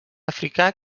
africà